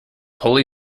holy